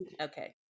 Okay